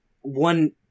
one